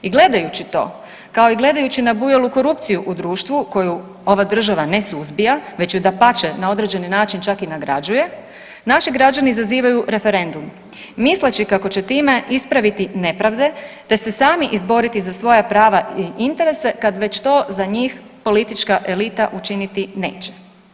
I gledajući to kao i gledajući nabujalu korupciju u društvu koju ova država ne suzbija, već ju dapače na određeni način čak i nagrađuje naši građani zazivaju referendum misleći kako će time ispraviti nepravde te se sami izboriti za svoja prava i interese kad već to za njih politička elita učiniti neće.